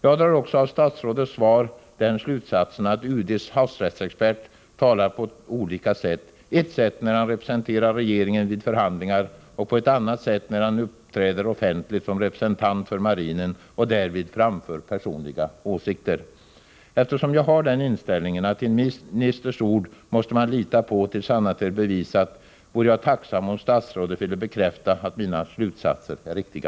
Jag drar också av statsrådets svar den slutsatsen att UD:s havsrättsexpert talar på olika sätt: på ett sätt när han representerar regeringen vid förhandlingar och på ett annat sätt när han uppträder offentligt som representant för marinen och därvid framför personliga åsikter. Jag har den inställningen att man måste lita på en ministers ord, och jag vore tacksam om statsrådet ville bekräfta att mina slutsatser är riktiga.